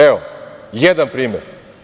Evo, jedan primer.